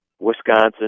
Wisconsin